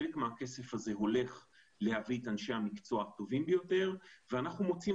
חלק מהכסף הזה הולך להביא את אנשי המקצוע הטובים ביותר ואנחנו מוצאים,